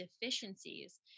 deficiencies